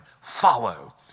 follow